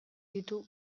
ditu